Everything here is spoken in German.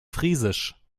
friesisch